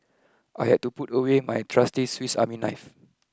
I had to put away my trusty Swiss Army Knife